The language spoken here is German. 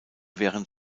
während